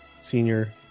senior